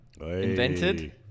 invented